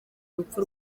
urupfu